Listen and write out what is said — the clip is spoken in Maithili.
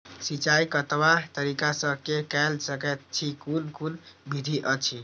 सिंचाई कतवा तरीका स के कैल सकैत छी कून कून विधि अछि?